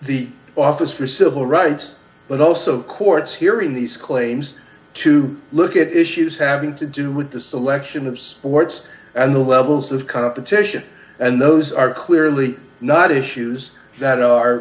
the office for civil rights but also courts hearing these claims to look at issues having to do with the selection of sports and the levels of competition and those are clearly not issues that are